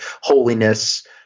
holiness